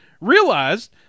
realized